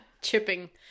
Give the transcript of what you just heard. chipping